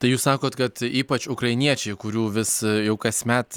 tai jūs sakot kad ypač ukrainiečiai kurių vis jau kasmet